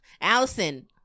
Allison